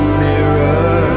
mirror